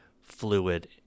fluid